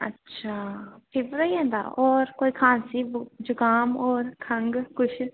अच्छा फीवर होई जंदा होर कोई खांसी जकाम होर खंघ कुछ